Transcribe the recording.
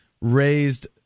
raised